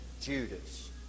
Judas